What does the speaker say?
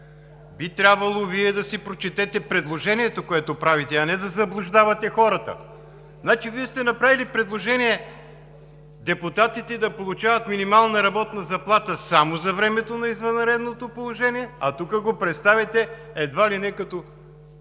Би трябвало да си прочетете предложението, което правите, а не да заблуждавате хората. Значи Вие сте направили предложение депутатите да получават минимална работна заплата само за времето на извънредното положение, а тук го представяте едва ли не като